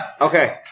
Okay